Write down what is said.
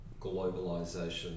globalization